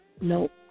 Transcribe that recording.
Nope